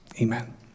Amen